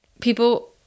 people